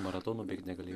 maratonų bėgt negalėjo